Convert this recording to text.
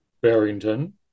Barrington